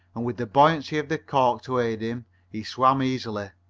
and with the buoyancy of the cork to aid him he swam easily,